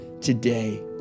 today